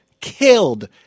killed